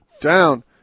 Down